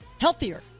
healthier